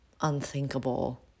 unthinkable